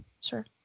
sure